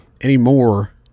anymore